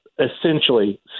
essentially